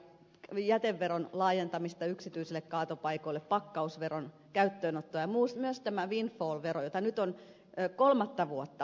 jäteveron laajentamista yksityisille kaatopaikoille pakkausveron käyttöönottoa ja myös windfall veron käyttöä jonka suhteen nyt on kolmatta vuotta viivytelty